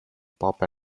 pop